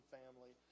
family